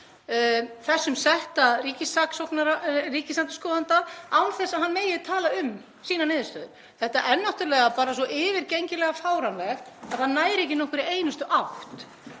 þessum setta ríkisendurskoðanda, án þess að hann megi tala um sína niðurstöðu. Þetta er náttúrlega bara svo yfirgengilega fáránlegt að það nær ekki nokkurri einustu átt.